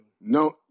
no